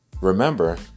remember